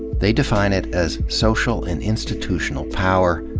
they define it as social and institutional power,